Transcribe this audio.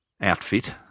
outfit